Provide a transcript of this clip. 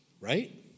right